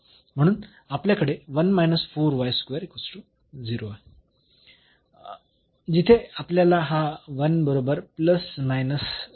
म्हणून आपल्याकडे 0 आहे जिथे आपल्याला हा 1 बरोबर मिळेल